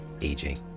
aging